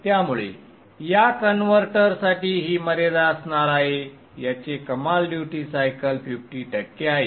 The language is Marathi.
त्यामुळे या कन्व्हर्टरसाठी ही मर्यादा असणार आहे याचे कमाल ड्युटी सायकल 50 टक्के आहे